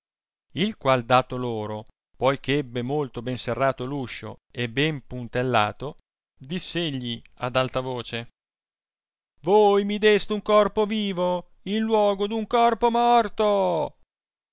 il qual dato loro poi eh ebbe molto ben serrato uscio e bene puntelato dissegli ad alta voce voi mi deste un corpo vivo in luogo d un corpo morto